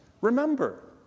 remember